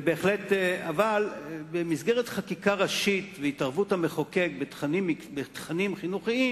אבל במסגרת חקיקה ראשית והתערבות המחוקק בתכנים חינוכיים,